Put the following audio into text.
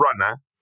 runner